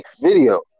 Video